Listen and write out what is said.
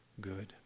good